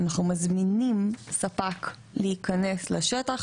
אנחנו מזמינים ספק להיכנס לשטח,